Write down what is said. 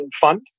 fund